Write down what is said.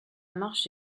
marche